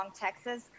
Texas